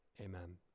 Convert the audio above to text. Amen